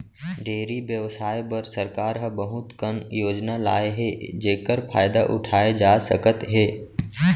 dairy बेवसाय बर सरकार ह बहुत कन योजना लाए हे जेकर फायदा उठाए जा सकत हे